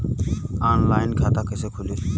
Online खाता कइसे खुली?